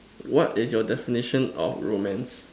what is your definition of romance